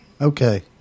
Okay